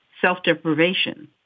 self-deprivation